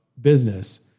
business